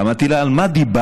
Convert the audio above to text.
אמרתי לה: על מה דיברת?